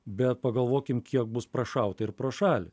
bet pagalvokim kiek bus prašauta ir pro šalį